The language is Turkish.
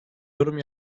yorum